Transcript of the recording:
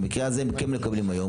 שבמקרה הזה הם כן מקבלים היום.